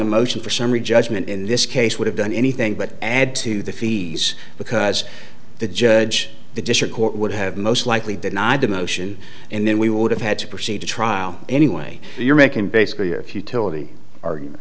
a motion for summary judgment in this case would have done anything but add to the fees because the judge the district court would have most likely denied the motion and then we would have had to proceed to trial anyway you're making basically your futility argument